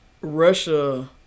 Russia